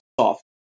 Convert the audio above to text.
Soft